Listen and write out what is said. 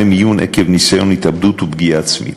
מיון עקב ניסיון התאבדות ופגיעה עצמית.